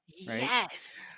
Yes